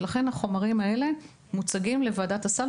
ולכן החומרים האלה מוצגים לוועדת הסל,